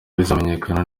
bizamenyekana